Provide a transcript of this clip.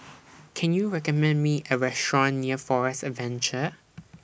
Can YOU recommend Me A Restaurant near Forest Adventure